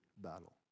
battle